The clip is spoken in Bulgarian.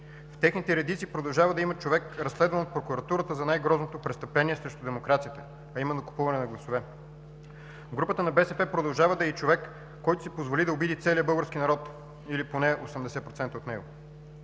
В техните редици продължава да има човек, разследван от прокуратурата за най-грозното престъпление срещу демокрацията, а именно купуване на гласове. В групата на БСП продължава да е и човек, който си позволи да обиди целия български народ или поне 80% от него!